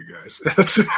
guys